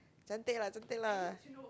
cantik lah cantik lah